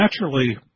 naturally